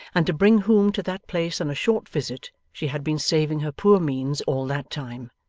and to bring whom to that place on a short visit, she had been saving her poor means all that time.